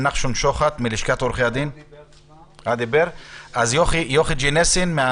עו"ד יוכי גנסין.